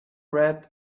red